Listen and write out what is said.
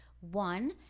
One